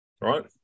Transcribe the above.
right